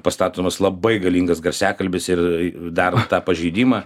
pastatomas labai galingas garsiakalbis ir daro tą pažeidimą